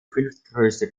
fünftgrößte